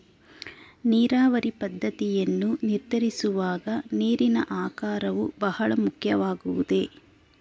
ನೀರಾವರಿ ಪದ್ದತಿಯನ್ನು ನಿರ್ಧರಿಸುವಾಗ ನೀರಿನ ಆಕಾರವು ಬಹಳ ಮುಖ್ಯವಾಗುವುದೇ?